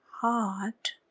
heart